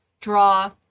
draw